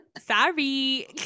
sorry